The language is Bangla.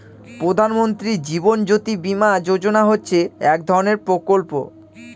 প্রধান মন্ত্রী জীবন জ্যোতি বীমা যোজনা হচ্ছে এক ধরনের প্রকল্প